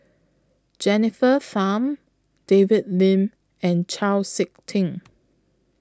Jennifer Tham David Lim and Chau Sik Ting